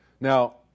Now